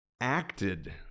acted